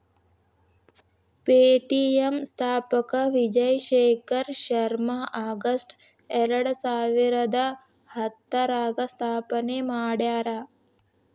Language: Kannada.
ಪೆ.ಟಿ.ಎಂ ಸ್ಥಾಪಕ ವಿಜಯ್ ಶೇಖರ್ ಶರ್ಮಾ ಆಗಸ್ಟ್ ಎರಡಸಾವಿರದ ಹತ್ತರಾಗ ಸ್ಥಾಪನೆ ಮಾಡ್ಯಾರ